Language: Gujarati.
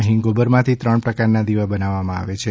અહીં ગોબરમાંથી ત્રણ પ્રકારના દીવા બનાવવામાં આવે છે